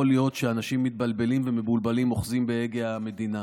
להיות כשאנשים מתבלבלים ומבולבלים אוחזים בהגה המדינה.